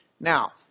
Now